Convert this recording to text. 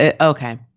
okay